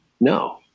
No